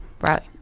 right